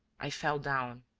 i fell down,